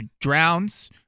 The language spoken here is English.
drowns